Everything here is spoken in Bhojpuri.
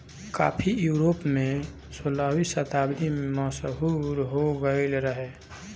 काफी यूरोप में सोलहवीं शताब्दी में मशहूर हो गईल रहे